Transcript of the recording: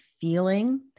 feeling